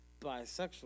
bisexual